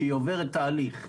עוברת תהליך.